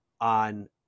on